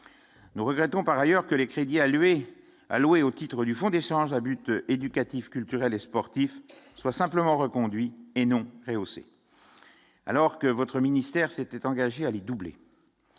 nous regrettons par ailleurs que les crédits alloués louer au titre du fond d'échange à but éducatif, culturel et sportif soit simplement reconduits et non aussi. Alors que votre ministère s'était engagé à les doubler.